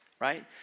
right